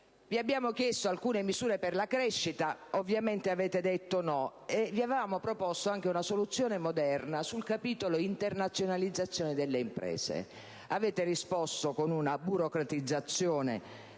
Vi abbiamo chiesto alcune misure per la crescita. Ovviamente avete detto no. Vi avevamo proposto anche una soluzione moderna per la internazionalizzazione delle imprese. Avete risposto con una burocratizzazione